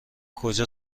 کجا